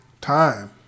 time